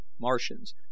Martians